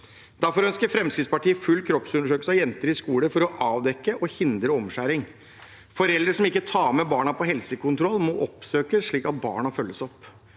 Derfor ønsker Fremskrittspartiet full kroppsundersøkelse av jenter i skolen for å avdekke og hindre omskjæring. Foreldre som ikke tar med barna på helsekontroll, må oppsøkes, slik at barna følges opp.